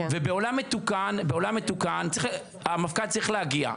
בעולם מתוקן המפכ"ל צריך להגיע,